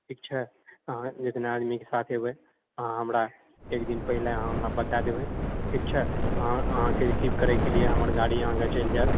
ठीक छै हँ इतना आदमीके साथ एबे अहाँ हमरा एकदिन पहिले अहाँ हमरा बता देबए ठीक छै अहाँ अहाँकेँ रिसीव करए कऽ लिए हमर गाड़ी अहाँकऽ चलि जाएत